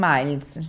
Miles